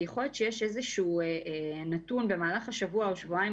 כי שיכול להיות שיש איזשהו נתון במהלך השבוע-שבועיים